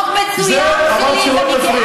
הסוג השלישי של חקיקה הוא חקיקה נקמנית כלפי